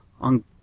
on